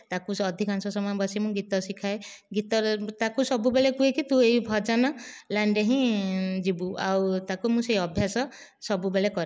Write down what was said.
ତାକୁ ଅଧିକାଂଶ ସମୟ ବସି ମୁଁ ଗୀତ ଶିଖାଏ ଗୀତ ତାକୁ ସବୁବେଳେ କୁହେ କି ତୁ ଏଇ ଭଜନ ଲାଇନରେ ହିଁ ଯିବୁ ଆଉ ତାକୁ ମୁଁ ସେ ଅଭ୍ୟାସ ସବୁବେଳେ କରେ